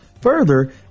Further